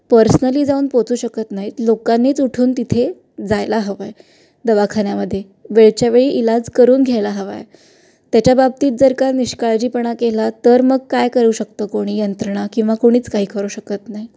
personally जाऊन पोहचू शकत नाहीत लोकांनीच उठून तिथे जायला हवं आहे दवाखान्यामध्ये वेळच्या वेळी इलाज करून घ्यायला हवा आहे त्याच्या बाबतीत जर का निष्काळजीपणा केला तर मग काय करू शकतं कोणी यंत्रणा किंवा कोणीच काही करू शकत नाही